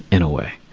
in a way.